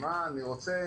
המצלמות אני רוצה